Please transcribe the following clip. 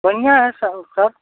समझाएं सब सब